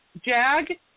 Jag